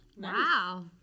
Wow